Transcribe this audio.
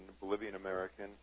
Bolivian-American